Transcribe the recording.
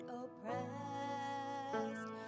oppressed